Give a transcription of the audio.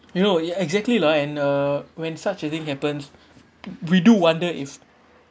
you know e~ exactly lah and uh when such a thing happens we do wonder if